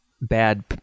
bad